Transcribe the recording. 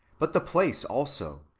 but the place also,